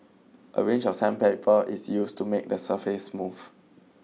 a range of sandpaper is used to make the surface smooth